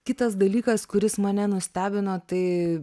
kitas dalykas kuris mane nustebino tai